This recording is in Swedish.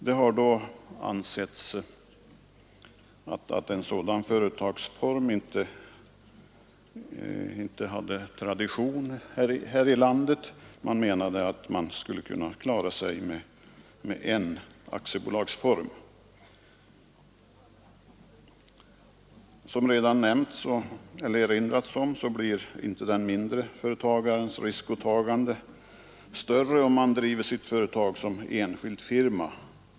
Det har då ansetts att en motsvarighet till företagsformen GmbH/SARL inte har tradition här i landet; man menade att vi skulle kunna klara oss med en aktiebolagsform. Som det redan har erinrats om blir inte riskåtagandet större för den mindre företagaren om han driver sitt företag som enskild firma.